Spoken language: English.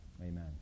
Amen